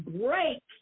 break